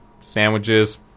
sandwiches